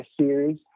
series